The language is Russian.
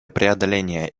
преодоления